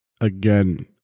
again